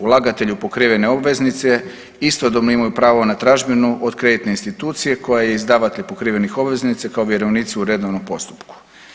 Ulagatelj u pokrivene obveznice istodobno imaju pravo na tražbinu od kreditne institucije koja je izdavatelj pokrivenih obveznica kao vjerovnici u redovnom postupku.